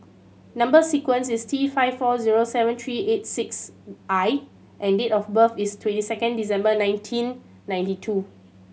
number sequence is T five four zero seven three eight six I and date of birth is twenty second December nineteen ninety two